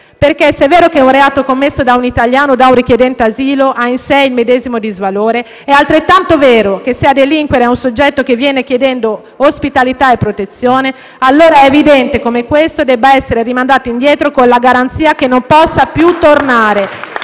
vero, infatti, che un reato commesso da un italiano o da un richiedente asilo ha in sé il medesimo disvalore, è altrettanto vero che, se a delinquere è un soggetto che viene chiedendo ospitalità e protezione, allora è evidente come questo debba essere rimandato indietro con la garanzia che non possa più tornare.